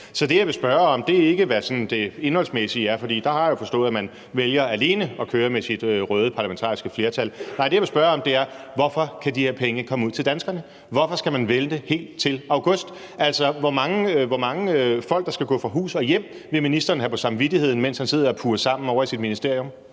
Så det, jeg vil spørge om, er ikke, hvad sådan det indholdsmæssige er, fordi der har jeg forstået at man vælger alene at køre med sit røde parlamentariske flertal. Nej. Det, det jeg vil spørge om, er: Hvorfor kan de her penge ikke komme ud til danskerne? Hvorfor skal man vente helt til august? Altså, hvor mange folk, der skal gå fra hus og hjem, vil ministeren have på samvittigheden, mens han sidder og puger sammen ovre i sit ministerium?